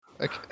Okay